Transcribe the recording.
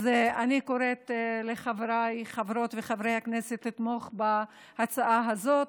אז אני קוראת לחבריי חברות וחברי הכנסת לתמוך בהצעה הזאת,